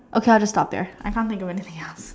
okay I'll just stop there I can't think of anything else